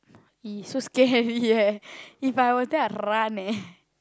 !ee! so scary eh If I were there I run eh